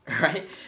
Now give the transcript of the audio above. right